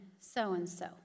so-and-so